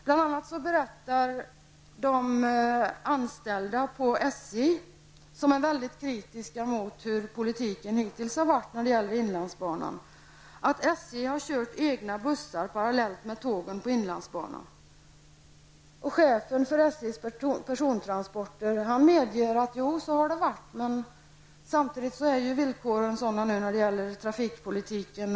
Bl.a. berättar de anställda på SJ -- de är mycket kritiska mot den politik som hittills har förts när det gäller inlandsbanan -- att SJ har kört egna bussar parallellt med tågen på inlandsbanan. Chefen för SJs persontransporter medger att så har varit fallet, men säger samtidigt att villkoren är sådana när det gäller trafikpolitiken.